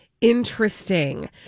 Interesting